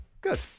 good